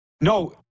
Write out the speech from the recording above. no